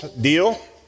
deal